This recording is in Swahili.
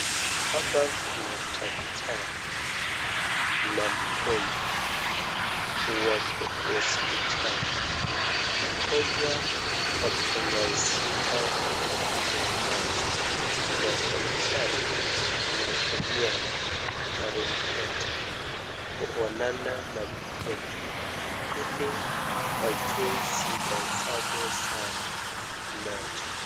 Hapa kuna daktari na mgonjwa wako hospitali. Mgonjwa ako na shida ya macho na daktari anatumia tarumbeta kuonana na mgonjwa ili ajue shida zake za macho.